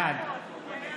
בעד שלמה קרעי,